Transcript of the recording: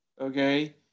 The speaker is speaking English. okay